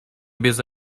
без